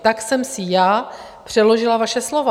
Tak jsem si já přeložila vaše slova.